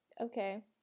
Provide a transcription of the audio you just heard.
Okay